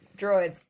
droids